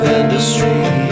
industry